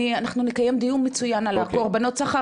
אנחנו נקיים דיון על קורבנות סחר,